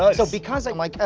ah so, because i'm like,